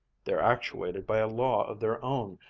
they're actuated by a law of their own,